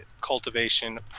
cultivation